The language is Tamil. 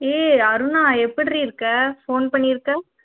ஏய் அருணா எப்டியிருக்க ஃபோன் பண்ணியிருக்க